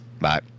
Bye